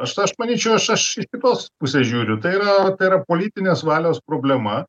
aš aš manyčiau aš aš iš kitos pusės žiūriu tai yra tai yra politinės valios problema